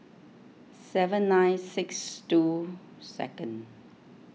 seven nine six two second